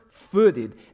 footed